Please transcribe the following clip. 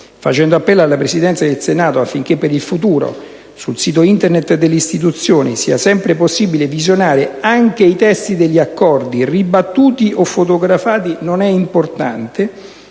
Facendo appello alla Presidenza del Senato affinché per il futuro, sul sito Internet dell'Istituzione, sia sempre possibile visionare anche i testi degli Accordi (ribattuti o fotografati: non è importante),